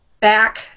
back